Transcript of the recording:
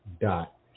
dot